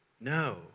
No